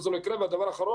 לבסוף,